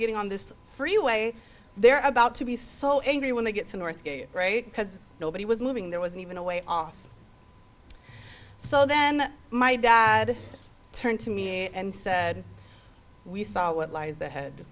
getting on this freeway they're about to be so angry when they get some northgate break because nobody was moving there wasn't even a way all so then my dad turned to me and said we saw what lies ahead